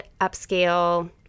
upscale